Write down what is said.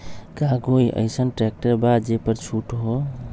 का कोइ अईसन ट्रैक्टर बा जे पर छूट हो?